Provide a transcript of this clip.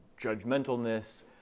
judgmentalness